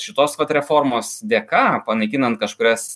šitos vat reformos dėka panaikinant kažkurias